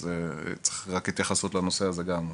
אז צריך לתת גם התייחסות לנושא הזה.